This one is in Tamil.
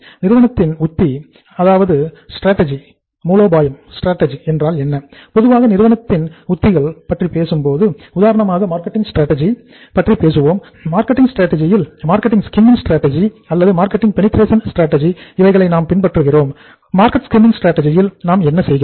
நிறுவனத்தின் உத்தி அதாவது மூலோபாயம் நாம் என்ன செய்கிறோம்